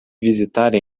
visitar